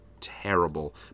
terrible